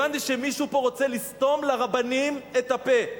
הבנתי שמישהו רוצה לסתום לרבנים את הפה.